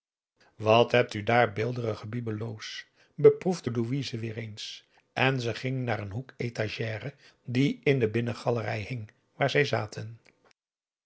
wat hebt u daar beelderige bibelots beproefde louise weer eens en ze ging naar een hoek étagère die in de binnengalerij hing waar zij zaten